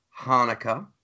Hanukkah